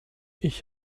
ich